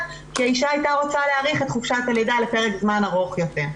כי האישה הייתה רוצה להאריך את חופשת הלידה לפרק זמן ארוך יותר.